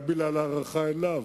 רק בגלל ההערכה אליו,